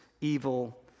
evil